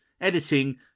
editing